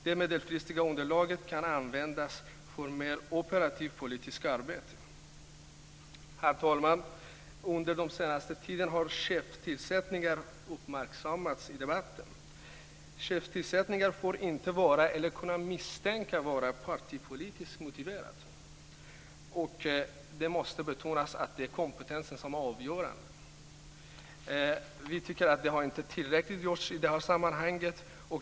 Det medelfristiga underlaget kan användas för mer operativt politiskt arbete. Herr talman! Under den senaste tiden har chefstillsättningar uppmärksammats i debatten. Chefstillsättningar får inte vara eller kunna misstänkas vara partipolitiskt motiverade. Det måste betonas att det är kompetensen som är avgörande. Vi tycker inte att det har gjorts tillräckligt i det här sammanhanget.